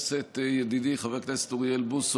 ידידי חבר הכנסת אוריאל בוסו,